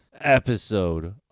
episode